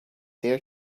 their